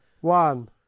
One